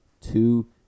two